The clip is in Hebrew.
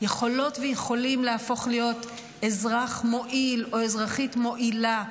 יכולות ויכולים להפוך להיות אזרח מועיל או אזרחית מועילה בחברה,